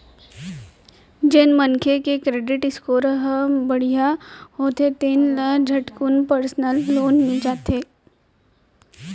जेन मनखे के करेडिट स्कोर ह बड़िहा होथे तेन ल झटकुन परसनल लोन मिल जाथे